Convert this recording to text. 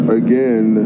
again